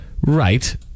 Right